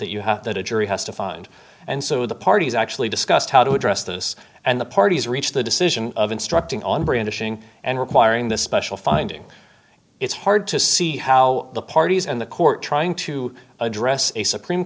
that you have that a jury has to find and so the parties discussed how to address this and the parties reach the decision of instructing on brandishing and requiring the special finding it's hard to see how the parties and the court trying to address a supreme